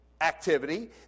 activity